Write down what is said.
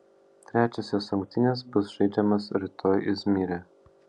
trečiosios rungtynės bus žaidžiamos rytoj izmyre